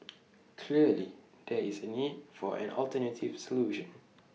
clearly there is A need for an alternative solution